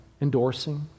endorsing